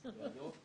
ספורט.